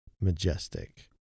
majestic